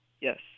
Yes